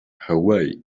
hawaii